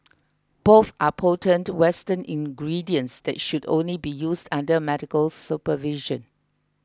both are potent western ingredients that should only be used under medical supervision